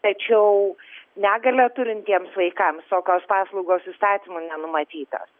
tačiau negalią turintiems vaikams tokios paslaugos įstatymo nenumatytos